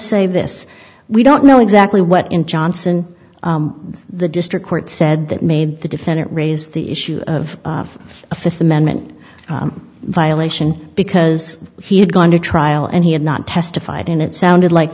say this we don't know exactly what in johnson the district court said that made the defendant raise the issue of a fifth amendment violation because he had gone to trial and he had not testified and it sounded like